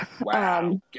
Wow